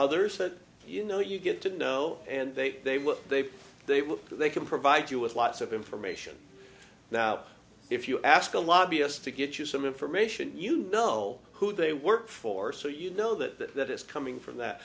others that you know you get to know and they they will they they look to they can provide you with lots of information now if you ask a lobbyist to get you some information you know who they work for so you know that that is coming from that